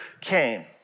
came